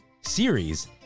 series